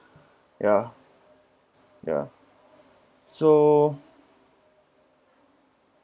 ya ya so